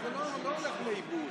זה לא הולך לאיבוד.